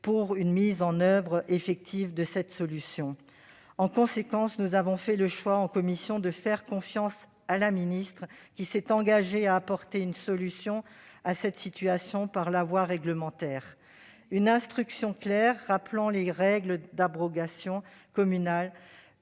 pour une mise en oeuvre effective de cette solution. En conséquence, nous avons choisi en commission de faire confiance à Mme la ministre, qui s'est engagée à apporter une solution à cette situation par la voie réglementaire. Une instruction claire rappelant les règles d'abrogation des